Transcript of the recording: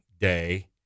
day